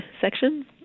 section